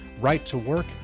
Right-to-work